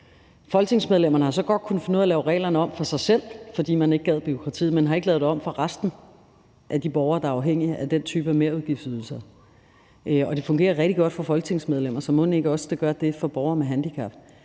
Folketingsmedlemmerne har så godt kunnet finde ud af at lave reglerne om for sig selv, fordi de ikke gad bureaukratiet, men har ikke lavet det om for resten af de borgere, der er afhængige af den type merudgiftsydelser. Det fungerer rigtig godt for folketingsmedlemmer, så mon ikke også det gør det for borgere med handicap,